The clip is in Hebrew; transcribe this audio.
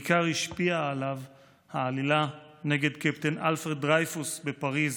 בעיקר השפיעה עליו העלילה נגד קפטן אלפרד דרייפוס בפריז.